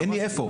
אין לי איפה.